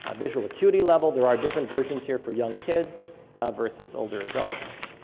ah visual acuity level. there are different versions here for young kids versus older adults.